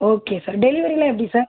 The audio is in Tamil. ஓகே சார் டெலிவரியெலாம் எப்படி சார்